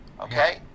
okay